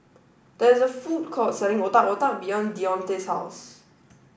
there is a food court selling Otak Otak behind Deonte's house